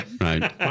Right